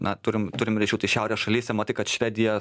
na turim turim ryšių tai šiaurės šalyse matai kad švedija